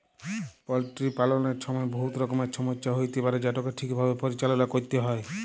poultry পাললের ছময় বহুত রকমের ছমচ্যা হ্যইতে পারে যেটকে ঠিকভাবে পরিচাললা ক্যইরতে হ্যয়